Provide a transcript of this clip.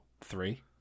Three